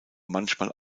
manchmal